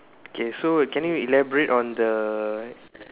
K so can you elaborate on the